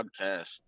podcast